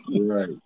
Right